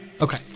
Okay